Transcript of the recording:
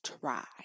try